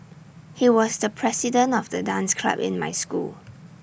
he was the president of the dance club in my school